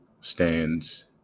stands